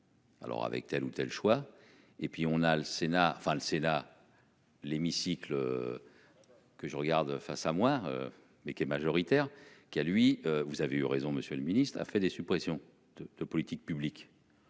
Alors avec telle ou telle choix et puis on a le Sénat. Enfin le Sénat.-- L'hémicycle. Que je regarde face à moins mais qui est majoritaire, qui a lui. Vous avez eu raison, monsieur le ministre a fait des suppressions de de politique publique.--